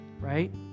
right